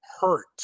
hurt